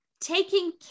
taking